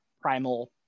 primal